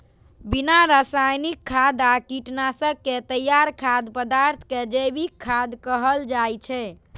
बिना रासायनिक खाद आ कीटनाशक के तैयार खाद्य पदार्थ कें जैविक खाद्य कहल जाइ छै